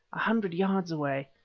a hundred yards away,